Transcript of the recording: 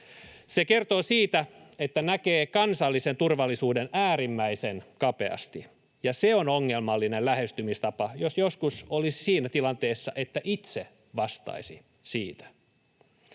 Se kertoo siitä, että näkee kansallisen turvallisuuden äärimmäisen kapeasti, ja se on ongelmallinen lähestymistapa, jos joskus olisi siinä tilanteessa, että itse vastaisi siitä.